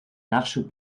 nachschub